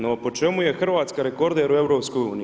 No, po čemu je Hrvatska rekorder u EU?